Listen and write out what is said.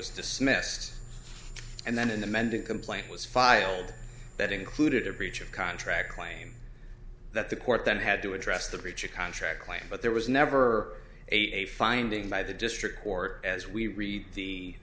was dismissed and then an amended complaint was filed that included a breach of contract claim that the court then had to address the breach of contract claim but there was never a finding by the district court as we read the